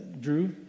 Drew